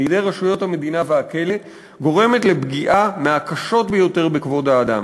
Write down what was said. לידי רשויות המדינה והכלא גורמות לפגיעה מהקשות ביותר בכבוד האדם.